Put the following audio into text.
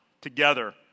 together